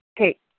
Okay